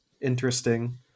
interesting